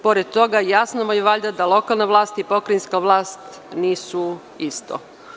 Pored toga, jasno je valjda da lokalna i pokrajinska vlast nisu isto.